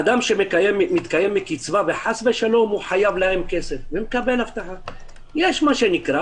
אדם שמתקיים מקצבה וחס ושלום חייב להם כסף יש מה שנקרא